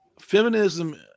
Feminism